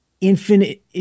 infinite